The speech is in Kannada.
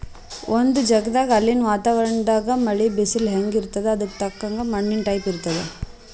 ಒಂದ್ ಜಗದಾಗ್ ಅಲ್ಲಿನ್ ವಾತಾವರಣದಾಗ್ ಮಳಿ, ಬಿಸಲ್ ಹೆಂಗ್ ಇರ್ತದ್ ಅದಕ್ಕ್ ತಕ್ಕಂಗ ಮಣ್ಣಿನ್ ಟೈಪ್ ಇರ್ತದ್